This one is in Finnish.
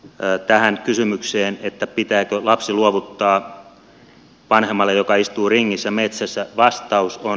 tähän kysymykseen pitääkö lapsi luovuttaa vanhemmalle joka istuu ringissä metsässä vastaus on